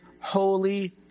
holy